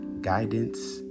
guidance